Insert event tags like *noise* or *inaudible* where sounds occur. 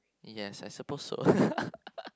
yes I suppose so *laughs*